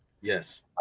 Yes